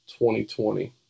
2020